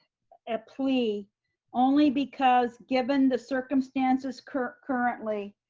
a plea only because given the circumstances currently,